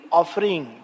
offering